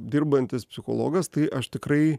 dirbantis psichologas tai aš tikrai